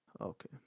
Okay